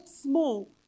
small